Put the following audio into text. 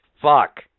fuck